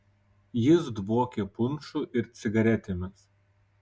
jis dvokė punšu ir cigaretėmis